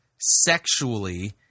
sexually